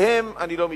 עליהם אני לא מתפלא.